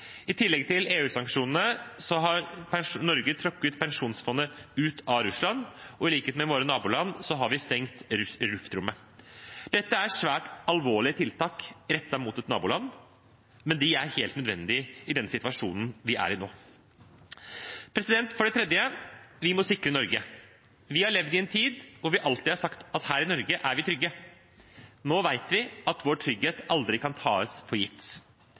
I tillegg til EU-sanksjonene har Norge trukket pensjonsfondet ut av Russland, og i likhet med våre naboland har vi stengt luftrommet. Dette er svært alvorlige tiltak rettet mot et naboland, men de er helt nødvendige i den situasjonen vi er i nå. For det tredje: Vi må sikre Norge. Vi har levd i en tid hvor vi alltid har sagt at her i Norge er vi trygge. Nå vet vi at vår trygghet aldri kan tas for gitt.